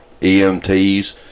EMTs